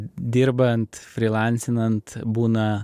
dirbant frylansinant būna